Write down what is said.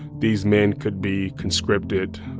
these men could be conscripted